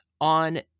on